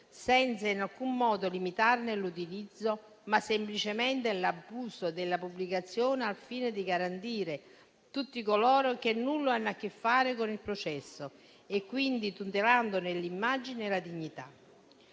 senza in alcun modo limitarne l'utilizzo, ma semplicemente l'abuso della pubblicazione al fine di garantire tutti coloro che nulla hanno a che fare con il processo e quindi tutelandone l'immagine e la dignità.